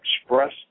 express